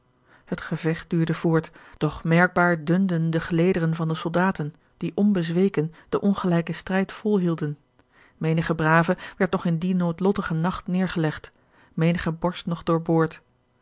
het gevecht duurde voort doch merkbaar dunden de gelederen van de soldaten die onbezweken den ongelijken strijd volhielden menige brave werd nog in dien noodlottigen nacht neêrgelegd menige borst nog